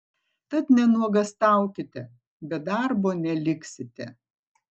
tad nenuogąstaukite be darbo neliksite